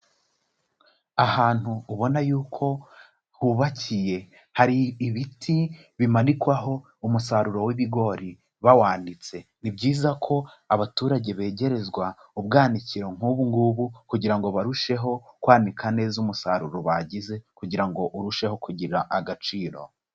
Ahantu ubona y'uko hubakiye, hari ibiti bimanikwaho umusaruro w'ibigori bawanitse, ni byiza ko abaturage begerezwa ubwanikiro nk'ubu ngubu, kugira ngo barusheho kwanika neza umusaruro bagize kugira ngo urusheho kugira agaciro.